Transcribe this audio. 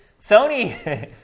Sony